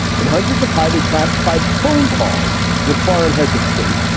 in hundreds of highly classified phone calls with foreign heads of state,